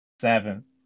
seven